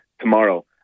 tomorrow